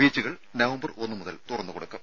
ബീച്ചുകൾ നവംബർ ഒന്നുമുതൽ തുറന്നു കൊടുക്കും